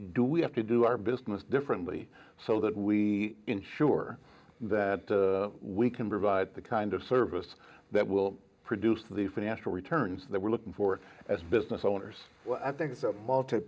do we have to do our business differently so that we ensure that we can provide the kind of service that will produce the financial returns that we're looking for as business owners i think